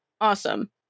Awesome